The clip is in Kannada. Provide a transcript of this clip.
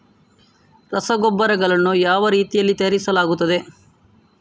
ರಸಗೊಬ್ಬರಗಳನ್ನು ಯಾವ ರೀತಿಯಲ್ಲಿ ತಯಾರಿಸಲಾಗುತ್ತದೆ?